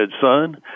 son